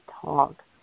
talk